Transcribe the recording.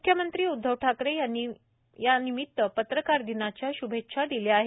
मुख्यमंत्री उद्धव ठाकरे यांनी पत्रकार दिनाच्या शुभेच्छा दिल्या आहेत